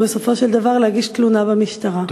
בסופו של דבר להגיש תלונה במשטרה.